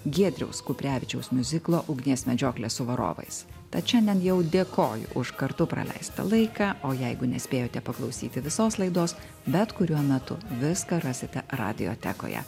giedriaus kuprevičiaus miuziklo ugnies medžioklė su varovais tad šiandien jau dėkoju už kartu praleistą laiką o jeigu nespėjote paklausyti visos laidos bet kuriuo metu viską rasite radiotekoje